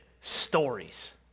stories